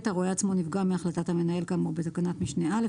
הרואה עצמו נפגע מהחלטת המנהל כאמור בתקנת משנה (א),